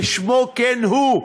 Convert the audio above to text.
כשמו כן הוא,